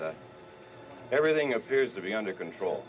them everything appears to be under control